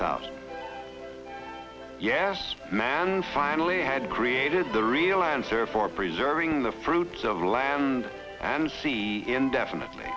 thousand yes man finally had created the real answer for preserving the fruits of the land and sea indefinitely